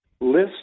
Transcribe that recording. list